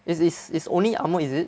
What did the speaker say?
is is is only armour is it